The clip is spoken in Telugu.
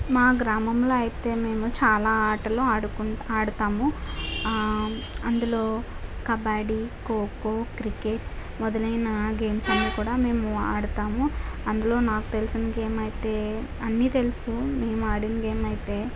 మా గ్రామంలో అయితే మేము చాలా ఆటలు ఆడుకుం ఆడుతాము అందులో కబడీ కోకో క్రికెట్ మొదలైన గేమ్స్ అన్ని కూడా మేము ఆడతాము అందులో నాకు తెలిసిన గేమ్ అయితే అన్ని తెలుసు మేము ఆడిన గేమ్ అయితే